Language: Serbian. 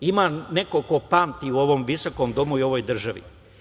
Ima neko ko pamti u ovom visokom domu i u ovoj državi.